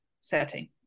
setting